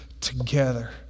together